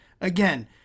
Again